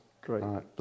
great